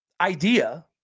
idea